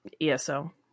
ESO